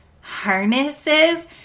harnesses